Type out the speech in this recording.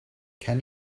can